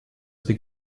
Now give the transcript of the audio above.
speak